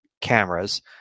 cameras